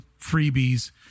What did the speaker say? freebies